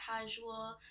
casual